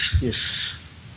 Yes